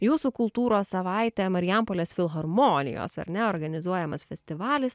jūsų kultūros savaitė marijampolės filharmonijos ar ne organizuojamas festivalis